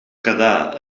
quedà